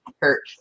hurt